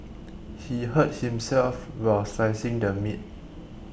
he hurt himself while slicing the meat